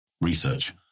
Research